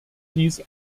dies